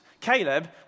Caleb